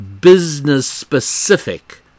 business-specific